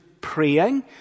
praying